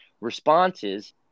responses